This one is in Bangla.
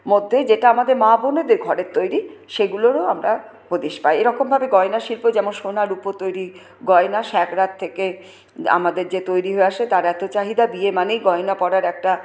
মধ্যে যেটা আমাদের মা বোনেদের ঘরের তৈরি সেগুলোরও আমরা হদিশ পাই এরকমভাবে গয়নাশিল্প যেমন সোনা রুপো তৈরি গয়না স্যাঁকরার থেকে আমাদের যে তৈরি হয়ে আসে তার এত চাহিদা বিয়ে মানেই গয়না পরার একটা